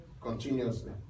continuously